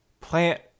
plant